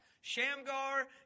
Shamgar